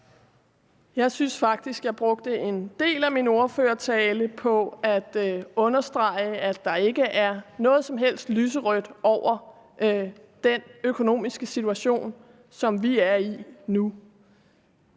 Jeg synes faktisk, jeg brugte en del af min ordførertale på at understrege, at der ikke er noget som helst lyserødt over den økonomiske situation, som vi er i nu.